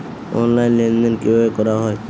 Online লেনদেন কিভাবে করা হয়?